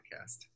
Podcast